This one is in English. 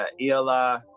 Eli